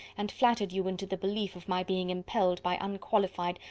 and flattered you into the belief of my being impelled by unqualified,